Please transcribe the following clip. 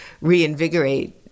reinvigorate